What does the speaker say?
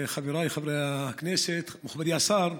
חבריי חברי הכנסת, מכובדי השר,